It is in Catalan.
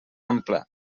ampla